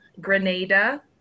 Grenada